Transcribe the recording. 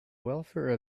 welfare